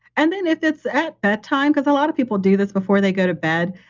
and then if it's at that time because a lot of people do this before they go to bed.